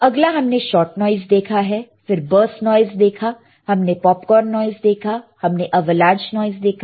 अगला हमने shot noise देखा है फिर बरस्ट नॉइस देखा हमने पॉपकॉर्न नॉइस देखा हमने अवलांच नॉइस देखा है